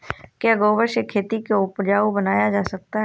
क्या गोबर से खेती को उपजाउ बनाया जा सकता है?